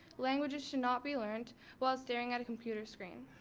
languages should not be learnt while staring at a computer screen,